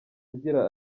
agira